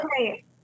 okay